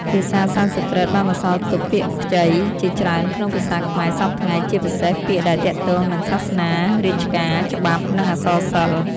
ភាសាសំស្ក្រឹតបានបន្សល់ទុក ពាក្យខ្ចី ជាច្រើនក្នុងភាសាខ្មែរសព្វថ្ងៃ ជាពិសេសពាក្យដែលទាក់ទងនឹងសាសនា រាជការ ច្បាប់ និងអក្សរសិល្ប៍។